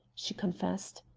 she confessed.